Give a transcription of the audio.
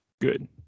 Good